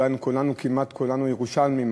כמעט כולנו ירושלמים,